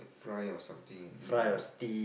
fry or something and eat on the